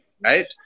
right